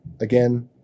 again